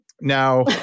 now